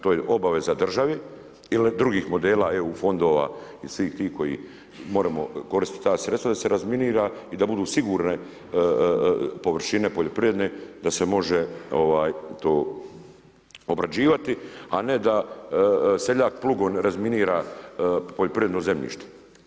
To je obaveza države ili drugih modela EU fondova i svih tih koji moramo koristiti ta sredstva da se razminira i da budu sigurne površine poljoprivredne da se može to obrađivati, a ne da seljak plugom razminira poljoprivredno zemljište.